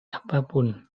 apapun